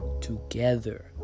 together